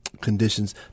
conditions